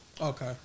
Okay